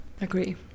Agree